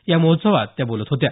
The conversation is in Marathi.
या महोत्सवात त्या बोलत होत्या